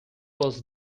was